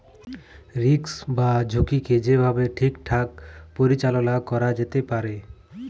risk বা ঝুঁকিকে যে ভাবে ঠিকঠাক পরিচাললা ক্যরা যেতে পারে